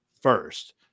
first